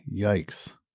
Yikes